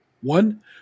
one